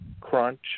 crunch